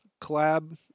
collab